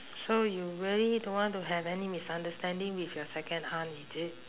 so you really don't want to have any misunderstanding with your second aunt is it